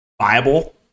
viable